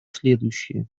следующие